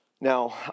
Now